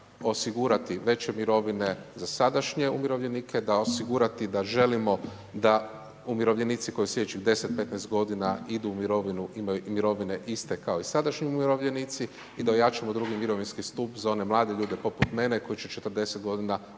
osigurati veće mirovine za sadašnje umirovljenike, da osigurati da želimo umirovljenici koji sljedećih 10, 15 godina idu u mirovinu imaju mirovine iste kao i sadašnji umirovljenici i da ojačamo drugi mirovinski stup za one mlade ljude poput mene koji će 40 godina